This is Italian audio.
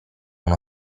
uno